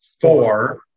four